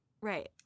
Right